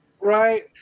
Right